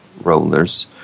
rollers